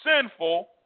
sinful